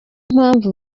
mpamvu